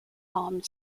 bomb